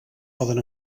poden